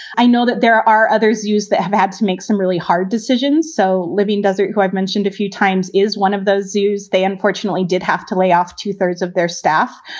i know that there are others use that have had to make some really hard decisions so libyan doesn't go. i've mentioned a few times is one of those zoos. they unfortunately did have to lay off two thirds of their staff.